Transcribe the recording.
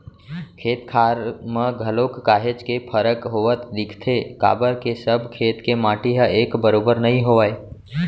खेत खार म घलोक काहेच के फरक होवत दिखथे काबर के सब खेत के माटी ह एक बरोबर नइ होवय